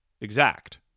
exact